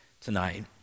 tonight